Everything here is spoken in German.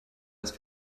als